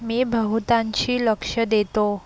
मी बहुतांशी लक्ष देतो